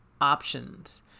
options